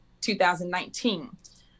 2019